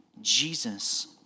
Jesus